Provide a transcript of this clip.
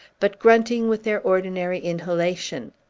but grunting with their ordinary inhalation.